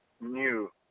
new